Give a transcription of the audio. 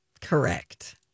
Correct